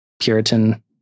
Puritan